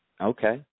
Okay